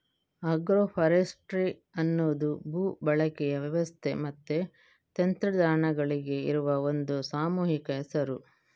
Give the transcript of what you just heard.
agro forestry ಅನ್ನುದು ಭೂ ಬಳಕೆಯ ವ್ಯವಸ್ಥೆ ಮತ್ತೆ ತಂತ್ರಜ್ಞಾನಗಳಿಗೆ ಇರುವ ಒಂದು ಸಾಮೂಹಿಕ ಹೆಸರು